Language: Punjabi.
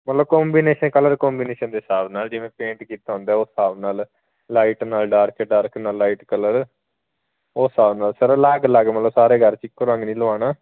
ਮਤਲਵ ਕੋਂਬੀਮਨੇਸ਼ਨ ਕਲਰ ਕੋਂਮਬੀਨੇਸ਼ਨ ਦੇ ਹਿਸਾਬ ਨਾਲ ਜਿਵੇਂ ਪੇਂਟ ਕੀਤਾ ਹੁੰਦਾ ਉਹ ਹਿਸਾਬ ਨਾਲ ਲਾਈਟ ਨਾਲ ਡਾਰਕ ਡਾਰਕ ਨਾਲ ਲਾਈਟ ਕਲਰ ਉਹ ਹਿਸਾਬ ਨਾਲ ਸਾਰਾ ਅਲੱਗ ਅਲੱਗ ਮਤਲਬ ਸਾਰੇ ਘਰ 'ਚ ਇੱਕੋ ਰੰਗ ਨਹੀਂ ਲਵਾਉਣਾ